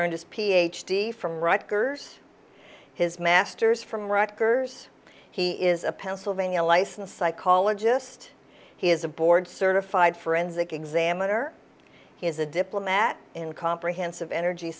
earned his ph d from rutgers his master's from rutgers he is a pennsylvania licensed psychologist he is a board certified forensic examiner he is a diplomat in comprehensive energy